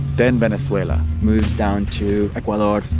then venezuela moves down to ecuador,